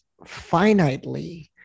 finitely